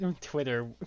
Twitter